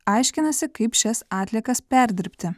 aiškinasi kaip šias atliekas perdirbti